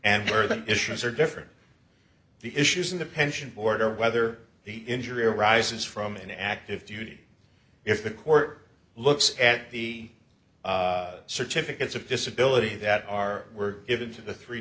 urban issues are different the issues in the pension order whether the injury arises from an active duty if the court looks at the certificates of disability that are were given to the three